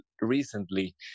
recently